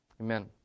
amen